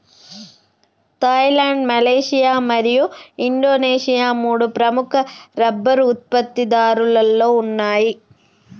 Thailand, Malaysia మరియు Indonesia మూడు ప్రముఖ రబ్బరు ఉత్పత్తిదారులలో ఉన్నాయి